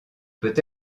peut